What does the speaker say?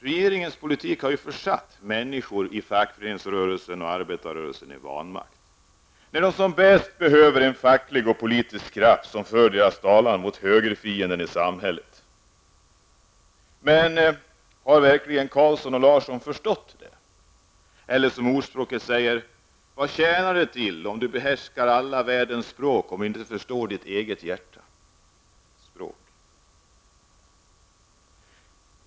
Regeringens politik har försatt människorna i fackföreningsrörelsen och arbetarrörelsen i vanmakt när de som bäst behöver en facklig och politisk kraft som för deras talan mot högerfienden i samhället. Har verkligen Carlsson & Larsson förstått detta? Eller det är det som ordspråket säger: Vad tjänar det till om du behärskar all världens språk om du inte förstår ditt eget hjärtas språk?